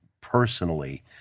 personally